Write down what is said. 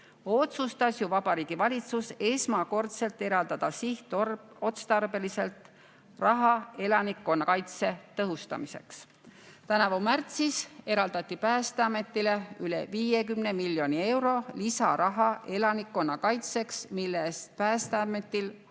Otsustas ju Vabariigi Valitsus esmakordselt eraldada sihtotstarbeliselt raha elanikkonnakaitse tõhustamiseks. Tänavu märtsis eraldati Päästeametile üle 50 miljoni euro lisaraha elanikkonnakaitseks, mille abil on Päästeametil plaanis